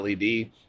LED